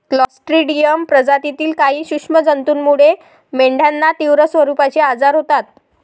Clostridium प्रजातीतील काही सूक्ष्म जंतूमुळे मेंढ्यांना तीव्र स्वरूपाचे आजार होतात